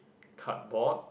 cardboard